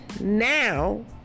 now